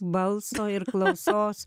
balso ir klausos